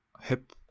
hip